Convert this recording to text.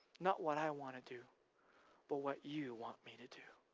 not what i want to do but what you want me to do.